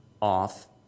off